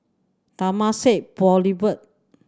Temasek Boulevard